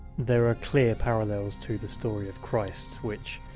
there are clear parallels to the story of christ, which,